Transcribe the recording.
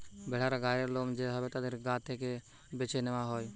ভেড়ার গায়ের লোম যে ভাবে তাদের গা থেকে চেছে নেওয়া হয়